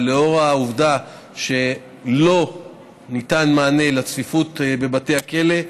ולאור העובדה שלא ניתן מענה לצפיפות בבתי הכלא,